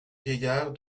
vieillard